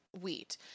wheat